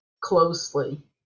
closely